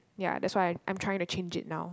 ya that's why I'm trying to change it now